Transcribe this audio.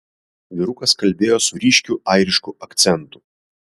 vyrukas kalbėjo su ryškiu airišku akcentu